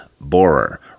Borer